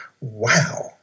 wow